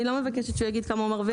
אני לא מבקשת שהוא יגיד כמה הוא מרוויח